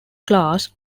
class